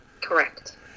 Correct